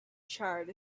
charred